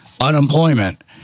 Unemployment